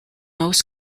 most